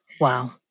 Wow